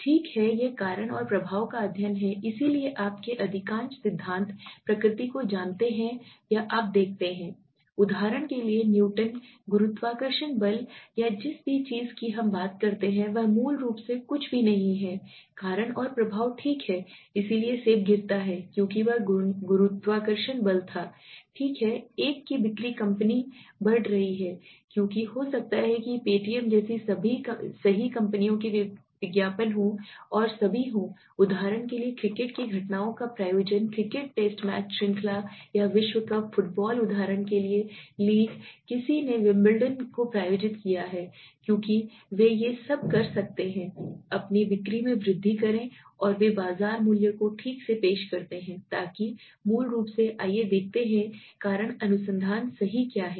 ठीक है यह कारण और प्रभाव का अध्ययन है इसलिए आप के अधिकांश सिद्धांत प्रकृति को जानते हैं या आप देखते हैं उदाहरण के लिए न्यूटन गुरुत्वाकर्षण बल या जिस भी चीज की हम बात करते हैं वह मूल रूप से कुछ भी नहीं है कारण और प्रभाव ठीक है इसलिए सेब गिरता है क्योंकि एक गुरुत्वाकर्षण बल था ठीक है एक की बिक्री कंपनी बढ़ जाती है क्योंकि हो सकता है कि paytm जैसी सही कंपनियों के विज्ञापन हों और सभी हों उदाहरण के लिए क्रिकेट की घटनाओं का प्रायोजन क्रिकेट टेस्ट मैच श्रृंखला या विश्व कप फुटबॉल उदाहरण के लिए लीग किसी ने विंबलडन को प्रायोजित किया है क्योंकि वे ये सब कर रहे हैं अपनी बिक्री में वृद्धि करें और वे बाजार मूल्य को ठीक से पेश करते हैं ताकि मूल रूप से आइए देखते हैं कारण अनुसंधान क्या है